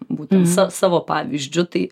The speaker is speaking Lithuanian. būti sa savo pavyzdžiu tai